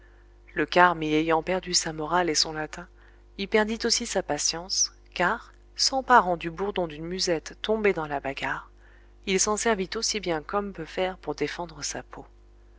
le carme y ayant perdu sa morale et son latin y perdit aussi sa patience car s'emparant du bourdon d'une musette tombée dans la bagarre il s'en servit aussi bien qu'homme peut faire pour défendre sa peau